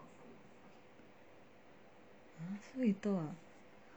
!huh! so little ah